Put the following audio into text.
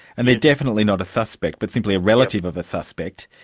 and they're definitely not a suspect but simply a relative of a suspect,